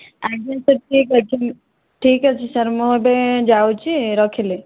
ଆଜ୍ଞା ସାର୍ ଠିକ ଅଛି ଠିକ ଅଛି ସାର୍ ମୁଁ ଏବେ ଯାଉଛି ରଖିଲି